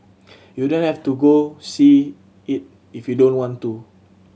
you don't have to go see it if you don't want to